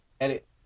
Edit